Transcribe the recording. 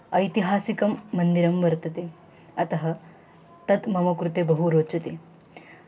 ऐतिहासिकं मन्दिरं वर्तते अतः तत् मम कृते बहु रोचते